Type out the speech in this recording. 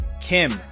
kim